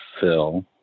Phil